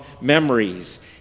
Memories